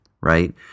Right